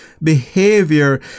Behavior